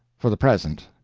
for the present.